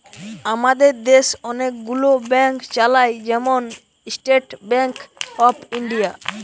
আমাদের দেশ অনেক গুলো ব্যাংক চালায়, যেমন স্টেট ব্যাংক অফ ইন্ডিয়া